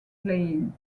playing